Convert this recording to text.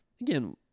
again